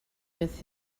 with